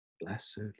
blessed